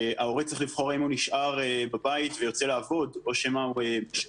ההורה צריך לבחור אם הוא נשאר בבית ויוצא לעבוד או שהוא